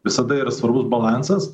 visada yra svarbus balansas